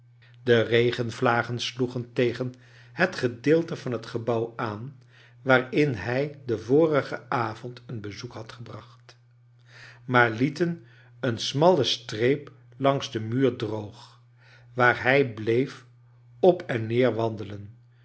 de regenvlagen sloegen tegen het gedeelte van het gebouw aan waarin hij den vorigen avond een bezoek had gebracht maar lieten een smalle streep langs den muur droog waar hij bleef op en neer wandelen